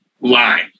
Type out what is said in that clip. line